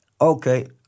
okay